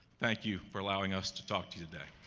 thank you for allowing us to talk to you today.